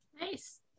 Nice